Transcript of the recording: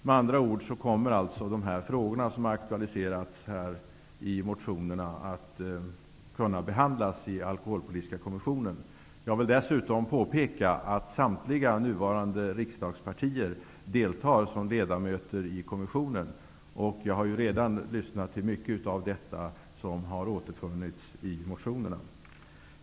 Med andra ord kommer alltså de frågor som har aktualiserats i motionerna att behandlas i Jag vill dessutom påpeka att samtliga nuvarande riksdagspartier har representanter i kommissionen. Jag har redan tagit del av mycket som har återfunnits i motionerna.